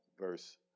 verse